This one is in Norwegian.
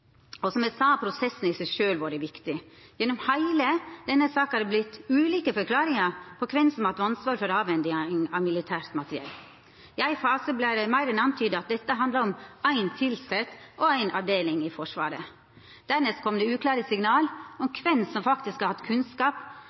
og som eg sa, har prosessen i seg sjølv vore viktig. Gjennom heile denne saka har det nemleg vorte gjeve ulike forklaringar på kven som har hatt ansvaret for avhendinga av militært materiell. I éin fase vart det meir enn antyda at dette handla om éin tilsett og éi avdeling i Forsvaret. Dernest kom det uklare signal om kven som faktisk har hatt kunnskap